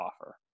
offer